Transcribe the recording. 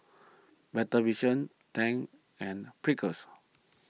Better Vision Tangs and Pringles